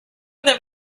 that